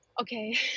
okay